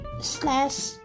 slash